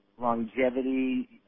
longevity